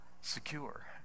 secure